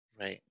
Right